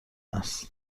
است